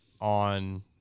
on